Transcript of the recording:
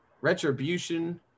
Retribution